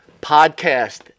podcast